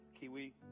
kiwi